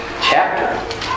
chapter